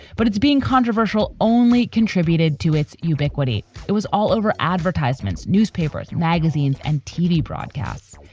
but it's being controversial only contributed to its ubiquity. it was all over advertisements, newspapers, and magazines and tv broadcasts.